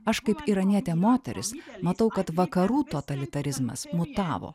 aš kaip iranietė moteris matau kad vakarų totalitarizmas mutavo